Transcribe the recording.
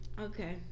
Okay